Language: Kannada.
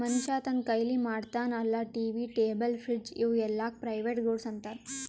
ಮನ್ಶ್ಯಾ ತಂದ್ ಕೈಲೆ ಮಾಡ್ತಾನ ಅಲ್ಲಾ ಟಿ.ವಿ, ಟೇಬಲ್, ಫ್ರಿಡ್ಜ್ ಇವೂ ಎಲ್ಲಾಕ್ ಪ್ರೈವೇಟ್ ಗೂಡ್ಸ್ ಅಂತಾರ್